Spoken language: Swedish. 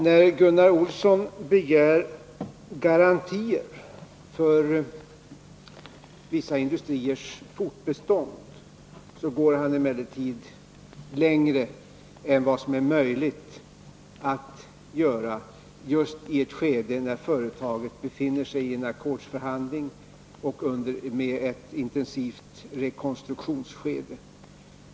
När Gunnar Olsson begär garantier för vissa industriers fortbestånd går han emellertid längre än vad som är möjligt att göra när företaget befinner sig iettintensivt rekonstruktionsskede under en ackordsförhandling.